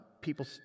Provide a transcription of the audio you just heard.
People